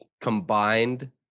combined